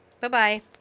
bye-bye